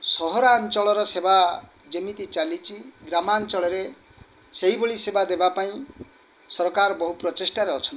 ସହରାଞ୍ଚଳର ସେବା ଯେମିତି ଚାଲିଛି ଗ୍ରାମାଞ୍ଚଳରେ ସେହିଭଳି ସେବା ଦେବା ପାଇଁ ସରକାର ବହୁ ପ୍ରଚେଷ୍ଟାରେ ଅଛନ୍ତି